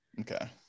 Okay